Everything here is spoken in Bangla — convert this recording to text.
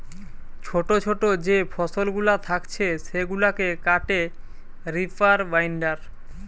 ছোটো ছোটো যে ফসলগুলা থাকছে সেগুলাকে কাটে রিপার বাইন্ডার